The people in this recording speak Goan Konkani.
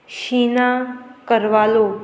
शिना करवालो